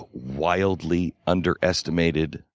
but wildly underestimated,